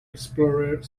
explorer